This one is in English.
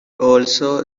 also